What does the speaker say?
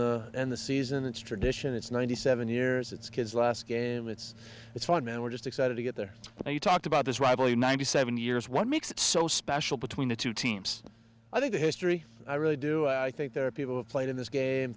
the end the season it's tradition it's ninety seven years it's kids laskin it's it's fun and we're just excited to get there and you talked about this rivalry ninety seven years what makes it so special between the two teams i think the history i really do i think there are people have played in this game